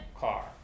car